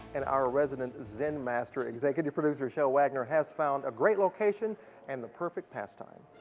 and our resident zen master, executive producer shel wagner, has found a great location and the perfect pasttime.